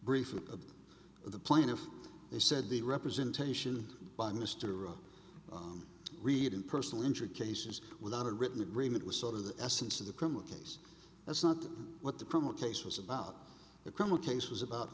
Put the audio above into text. brief of the plaintiff they said the representation by mr up on reading personal injury cases without a written agreement was sort of the essence of the criminal case that's not what the criminal case was about the criminal case was about